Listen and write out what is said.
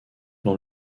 dans